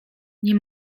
nie